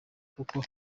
kuko